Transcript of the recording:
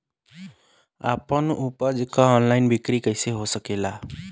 आपन उपज क ऑनलाइन बिक्री कइसे हो सकेला?